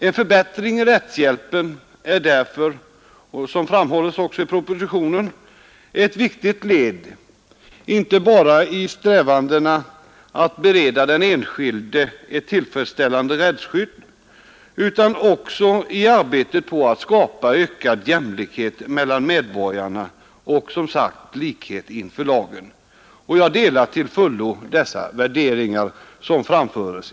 En förbättrad rättshjälp är därför, som också framhålles i propositionen, ett viktigt led inte bara i strävandena att bereda den enskilde ett tillfredsställande rättsskydd utan också i arbetet på att skapa ökad jämlikhet mellan medborgarna och likhet inför lagen. Jag delar till fullo dessa värderingar.